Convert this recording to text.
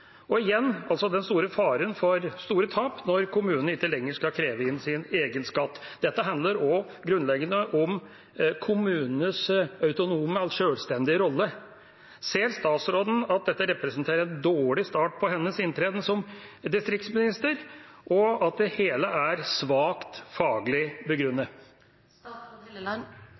og – igjen – den store faren for store tap når kommunen ikke lenger skal kreve inn sin egen skatt. Dette handler også grunnleggende om kommunenes autonome, sjølstendige, rolle. Ser statsråden at dette representerer en dårlig start på hennes inntreden som distriktsminister, og at det hele er svakt faglig